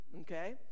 okay